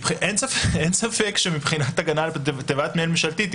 אין ספק שלתיבת מייל ממשלתית,